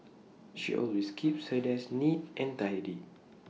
she always keeps her desk neat and tidy